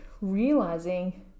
realizing